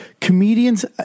comedians